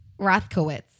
Rothkowitz